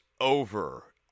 over